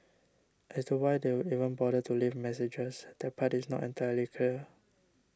as to why they would even bother to leave messages that part is not entirely clear